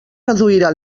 reduirà